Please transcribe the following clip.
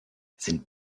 sind